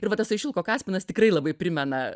ir va tasai šilko kaspinas tikrai labai primena